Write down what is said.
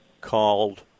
called